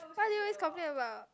cause you always complain about